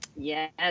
Yes